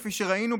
כפי שראינו,